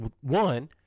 one